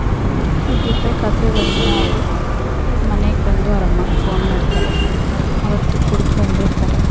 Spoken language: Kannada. ಹೀಗಿರಬೇಕಾದ್ರೆ ಒಂದಿನ ಅವರು ಮನೆಗೆ ಬಂದು ಅವ್ರ ಅಮ್ಮಂಗೆ ಫೋನ್ ಮಾಡ್ತಾರೆ ಅವತ್ತು ಕುಡ್ದು ಬಂದಿರ್ತಾರೆ